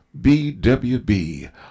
BWB